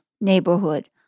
neighborhood